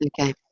Okay